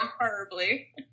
Horribly